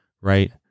right